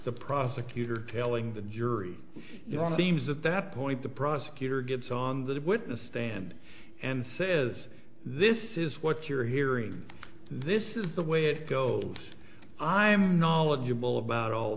the prosecutor telling the jury you know on the teams at that point the prosecutor gets on that witness stand and says this is what you're hearing this is the way it goes i'm knowledgeable about all